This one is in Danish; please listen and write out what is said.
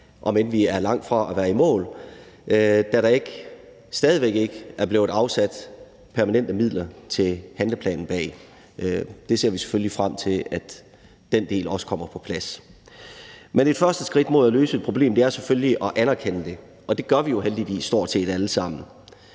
om end vi er langt fra at være i mål, da der stadig væk ikke er blevet afsat permanente midler til handleplanen bag. Vi ser selvfølgelig frem til, at den del også kommer på plads. Et første skridt mod at løse et problem er selvfølgelig at anerkende det, og det gør vi jo heldigvis stort set alle sammen.